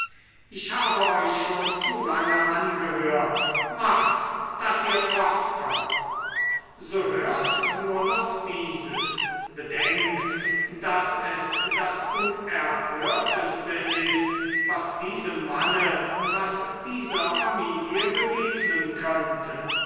ich habe euch schon zu lange angehört macht daß ihr fortkommt so hört nur noch dieses bedenkt daß es das unerhörteste ist was diesem manne was dieser familie begegnen könnte